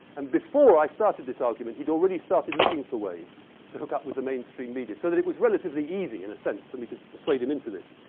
and before i started this argument, he'd already started looking for ways to hook up with the mainstream media so that it was relatively easy in a sense for me to to persuade him into this.